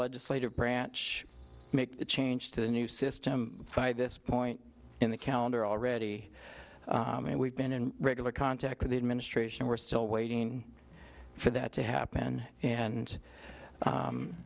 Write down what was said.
legislative branch make a change to the new system by this point in the calendar already and we've been in regular contact with the administration we're still waiting for that to happen and